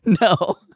No